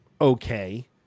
okay